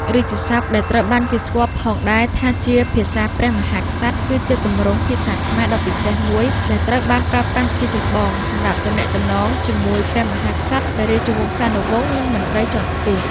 រាជសព្ទ ដែលត្រូវបានគេស្គាល់ផងដែរថាជា ភាសាព្រះមហាក្សត្រ គឺជាទម្រង់ភាសាខ្មែរដ៏ពិសេសមួយ ដែលត្រូវបានប្រើប្រាស់ជាចម្បងសម្រាប់ទំនាក់ទំនងជាមួយ ព្រះមហាក្សត្រ ព្រះរាជវង្សានុវង្ស និងមន្ត្រីជាន់ខ្ពស់។